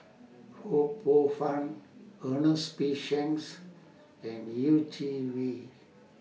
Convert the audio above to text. Ho Poh Fun Ernest P Shanks and Yeh Chi Wei